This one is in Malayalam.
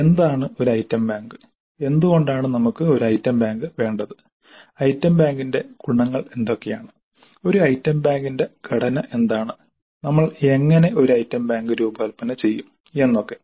എന്താണ് ഒരു ഐറ്റം ബാങ്ക് എന്തുകൊണ്ടാണ് നമുക്ക് ഒരു ഐറ്റം ബാങ്ക് വേണ്ടത് ഐറ്റം ബാങ്കിന്റെ ഗുണങ്ങൾ എന്തൊക്കെയാണ് ഒരു ഐറ്റം ബാങ്കിന്റെ ഘടന എന്താണ് നമ്മൾ എങ്ങനെ ഒരു ഐറ്റം ബാങ്ക് രൂപകൽപ്പന ചെയ്യും എന്നൊക്കെ